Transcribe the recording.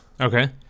Okay